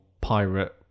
pirate